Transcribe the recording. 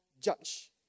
judge